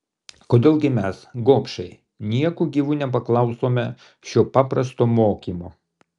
kodėl gi mes gobšai nieku gyvu nepaklausome šio paprasto mokymo